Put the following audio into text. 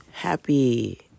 Happy